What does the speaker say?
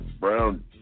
brown